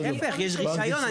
להיפך, יש רישיון.